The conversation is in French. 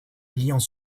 pliant